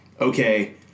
okay